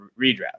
redraft